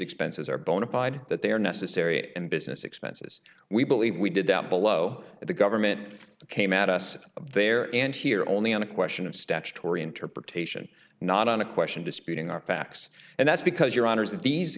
answers are bonafide that they are necessary and business expenses we believe we did that below the government came at us there and here only on a question of statutory interpretation not on a question disputing are facts and that's because your honour's of these